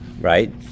right